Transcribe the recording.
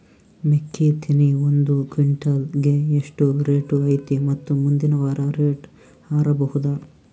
ಮೆಕ್ಕಿ ತೆನಿ ಒಂದು ಕ್ವಿಂಟಾಲ್ ಗೆ ಎಷ್ಟು ರೇಟು ಐತಿ ಮತ್ತು ಮುಂದಿನ ವಾರ ರೇಟ್ ಹಾರಬಹುದ?